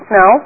no